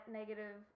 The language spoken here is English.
negative